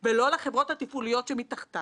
אבל לא פחות קריטי, לטובת התפתחות המשק.